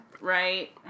right